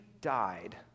died